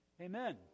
Amen